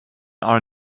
are